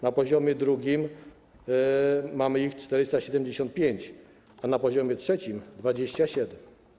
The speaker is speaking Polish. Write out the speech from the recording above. Na poziomie drugim mamy ich 485, a na poziomie trzecim - 27.